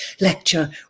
lecture